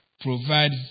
provide